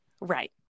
Right